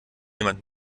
jemand